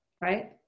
right